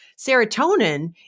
Serotonin